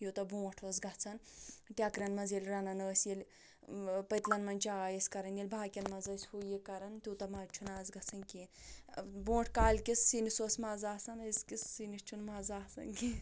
یوٗتاہ برٛونٛٹھ اوس گَژھان ٹیٚکریٚن مَنٛز ییٚلہِ رنان ٲسۍ ییٚلہِ ٲں پٔتلن مَنٛز چاے ٲسۍ کران ییٚلہِ باقین مَنٛز ٲسۍ ہُو یہِ کران تیٛوٗتاہ مَزٕ چھُنہٕ آز گَژھان کیٚنٛہہ ٲں برٛونٛٹھ کالہِ کِس سِنِس اوس مَزٕ آسان أزکِس سِنِس چھُنہٕ مَزٕ آسان کیٚنٛہہ